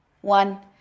One